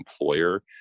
employer